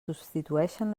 substitueixen